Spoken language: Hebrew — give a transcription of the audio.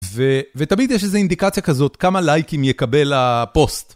ותמיד יש איזו אינדיקציה כזאת כמה לייקים יקבל הפוסט.